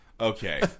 Okay